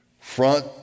front